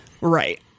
Right